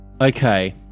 Okay